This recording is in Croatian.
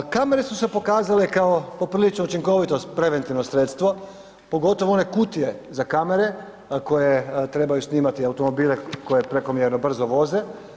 Kamere su se pokazale kao poprilično učinkovito preventivno sredstvo, pogotovo one kutije za kamere koje trebaju snimati automobile koje prekomjerno brzo voze.